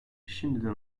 şimdiden